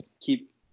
keep